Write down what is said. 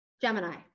Gemini